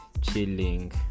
chilling